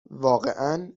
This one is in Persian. واقعا